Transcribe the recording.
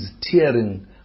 tearing